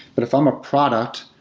but if i'm a product,